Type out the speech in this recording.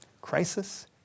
crisis